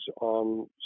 on